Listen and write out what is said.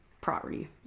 property